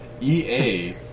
EA